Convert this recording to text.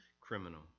criminal